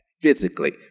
physically